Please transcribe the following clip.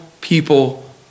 people